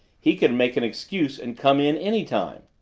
he could make an excuse and come in any time.